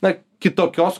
na kitokios